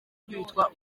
kwitwa